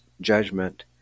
judgment